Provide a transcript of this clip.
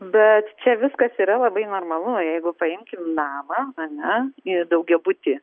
bet čia viskas yra labai normalu jeigu paimkim namą ane ir daugiabutį